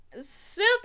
super